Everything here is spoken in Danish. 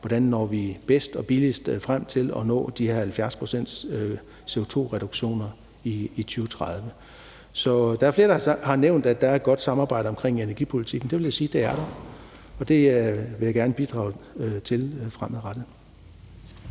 hvordan vi når bedst og billigst frem til at nå de her 70-procents-CO2-reduktioner i 2030. Der er flere, der har nævnt, at der er et godt samarbejde omkring energipolitikken, og det vil jeg sige der er, og det vil jeg gerne bidrage til fremadrettet.